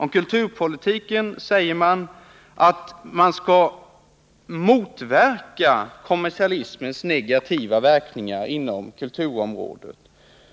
Om kulturpolitiken sägs att man skall motverka kommersialismens negativa verkningar inom kulturområdet.